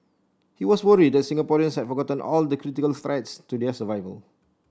he was worried that Singaporeans had forgotten all the critical threats to their survival